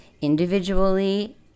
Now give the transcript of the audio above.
individually